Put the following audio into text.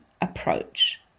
approach